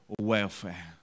welfare